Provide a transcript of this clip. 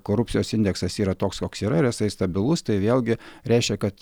korupcijos indeksas yra toks koks yra ir jisai stabilus tai vėlgi reiškia kad